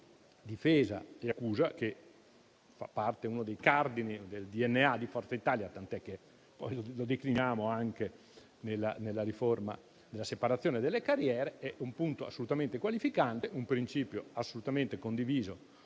fra difesa e accusa, che è uno dei cardini del Dna di Forza Italia, tant'è che lo decliniamo anche nella riforma della separazione delle carriere. È un punto assolutamente qualificante, un principio assolutamente condiviso,